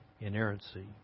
inerrancy